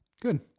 Good